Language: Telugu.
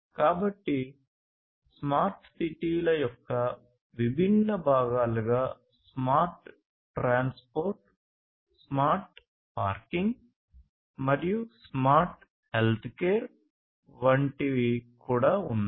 కాబట్టి స్మార్ట్ సిటీల యొక్క విభిన్న భాగాలుగా స్మార్ట్ ట్రాన్స్పోర్ట్ స్మార్ట్ పార్కింగ్ మరియు స్మార్ట్ హెల్త్కేర్ వంటి కూడా ఉన్నాయి